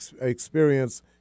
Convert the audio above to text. experience